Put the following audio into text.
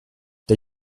der